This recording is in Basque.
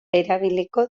erabiliko